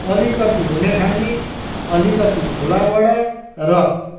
अलिकति हुनेखाने अलिकति ठुलाबडा र